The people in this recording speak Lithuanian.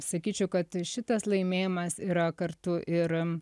sakyčiau kad šitas laimėjimas yra kartu ir